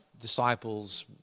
disciples